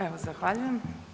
Evo zahvaljujem.